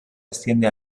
asciende